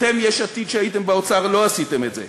אתם, יש עתיד, כשהייתם באוצר, לא עשיתם את זה,